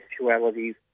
sexualities